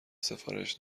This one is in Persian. سفارش